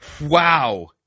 wow